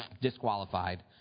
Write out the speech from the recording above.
disqualified